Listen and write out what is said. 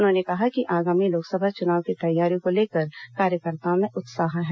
उन्होंने कहा कि आगामी लोकसभा चुनाव की तैयारियों को लेकर कार्यकर्ताओं में उत्साह है